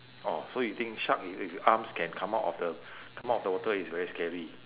oh so you think shark with with the arms can come out of the come out of the water is very scary